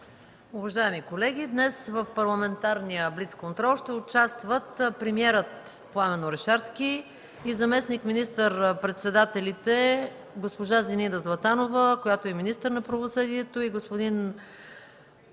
Уважаеми колеги, днес в парламентарния блицконтрол ще участват: премиерът Пламен Орешарски и заместник министър-председателите госпожа Зинаида Златанова, която е министър на правосъдието, и господин